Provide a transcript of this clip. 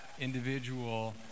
individual